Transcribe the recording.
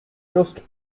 just